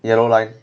yellow line